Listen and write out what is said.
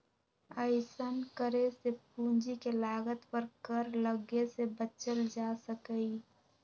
अइसन्न करे से पूंजी के लागत पर कर लग्गे से बच्चल जा सकइय